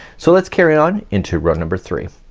so let's carry on into row number three.